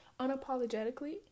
unapologetically